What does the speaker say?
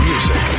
Music